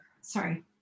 Sorry